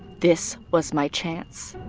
this was my chance.